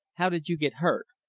how did you get hurt?